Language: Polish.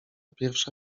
pierwsza